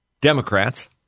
Democrats